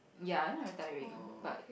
ya I know very tiring but